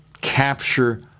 capture